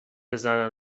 بزنن